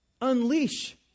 Unleash